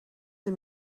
sie